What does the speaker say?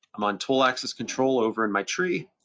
i'm on tool axis control over in my tree,